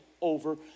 over